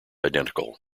identical